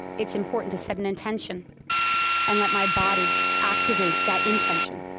it's important to set an intention and let my body activate that intention,